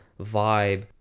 vibe